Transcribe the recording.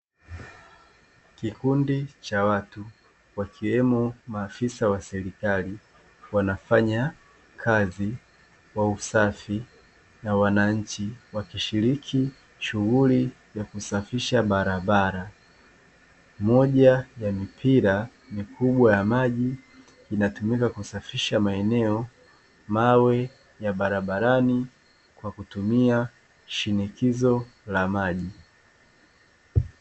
Kikundi cha watu wakiwemo maafisa wa serikali wakifanya kazi ya usafi na wananchi wakishirikiana kufanya kazi ya barabara.